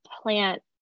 plant